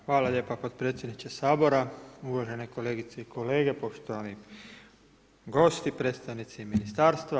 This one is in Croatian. Hvala lijepa potpredsjedniče Sabora, uvažene kolegice i kolege, poštovani gosti, predstavnici ministarstva.